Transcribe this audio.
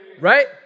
Right